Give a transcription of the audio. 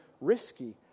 risky